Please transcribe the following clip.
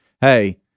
Hey